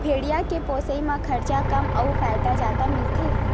भेड़िया के पोसई म खरचा कम अउ फायदा जादा मिलथे